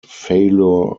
failure